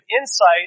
insight